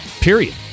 period